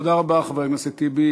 תודה רבה, חבר הכנסת טיבי.